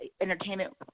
entertainment